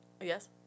yes